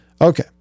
Okay